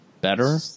better